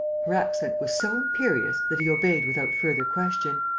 her accent was so imperious that he obeyed without further question.